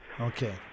Okay